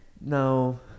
No